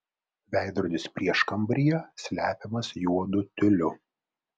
veidrodis prieškambaryje slepiamas juodu tiuliu